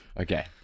Okay